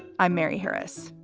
i'm mary harris.